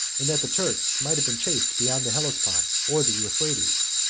and that the turks might have been chased beyond the hellespont or the euphrates.